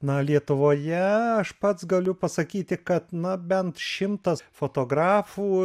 na lietuvoje aš pats galiu pasakyti kad na bent šimtas fotografų